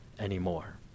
anymore